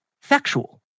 factual